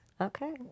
Okay